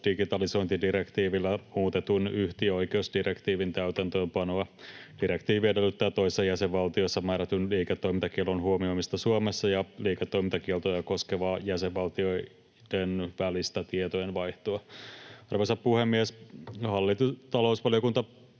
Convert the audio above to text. digitalisointidirektiivillä muutetun yhtiöoikeusdirektiivin täytäntöönpanoa. Direktiivi edellyttää toisessa jäsenvaltiossa määrätyn liiketoimintakiellon huomioimista Suomessa ja liiketoimintakieltoja koskevaa jäsenvaltioitten välistä tietojenvaihtoa. Arvoisa puhemies! Talousvaliokunta